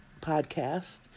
podcast